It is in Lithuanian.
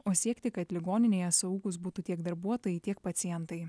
o siekti kad ligoninėje saugūs būtų tiek darbuotojai tiek pacientai